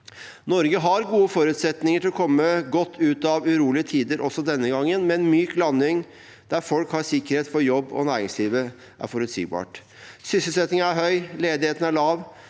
Norge har gode forutsetninger for å komme godt ut av urolige tider også denne gangen, med en myk landing der folk har sikkerhet for jobb og næringslivet er forutsigbart. Sysselsettingen er høy. Ledigheten er lav.